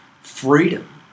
freedom